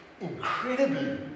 incredibly